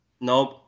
Nope